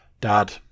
Dad